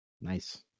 Nice